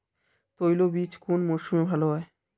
তৈলবীজ কোন মরশুমে ভাল হয়?